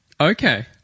Okay